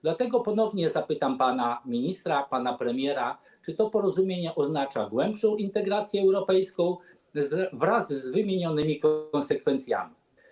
Dlatego ponownie zapytam pana ministra, pana premiera: Czy to porozumienie oznacza głębszą integrację europejską wraz z wymienionymi konsekwencjami?